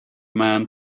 man